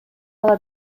ала